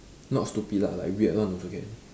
not stupid lah like weird one also can